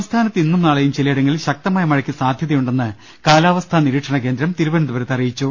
സംസ്ഥാനത്ത് ഇന്നും നാളെയും ചിലയിടങ്ങളിൽ ശക്തമായ മഴക്ക് സാധ്യതയുണ്ടെന്ന് കാലാവസ്ഥാ നിരീക്ഷണ കേന്ദ്രം തിരുവനന്തപുരത്ത് അറിയിച്ചു